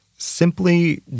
simply